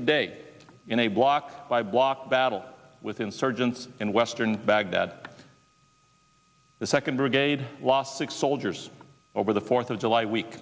today in a block by block battle with insurgents in western baghdad the second brigade lost six soldiers over the fourth of july week